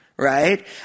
Right